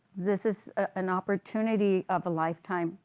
this is an opportunity of a lifetime,